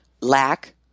lack